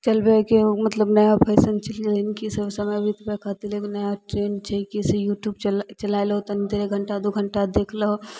चलबैके मतलब नया फैशन चैल गेलै हन की समय बितबै खातिर एगो नया ट्रेन्ड छै कि से यूट्यूब चलाए लहो तनी देर एक घंटा दू घंटा देखलहो